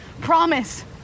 promise